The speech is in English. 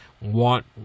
want